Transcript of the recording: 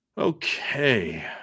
Okay